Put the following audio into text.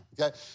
Okay